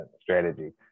strategy